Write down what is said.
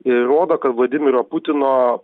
įrodo kad vladimiro putino